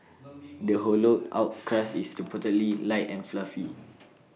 the hollowed out crust is reportedly light and fluffy